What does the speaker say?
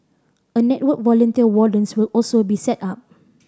a network volunteer wardens will also be set up